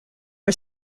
are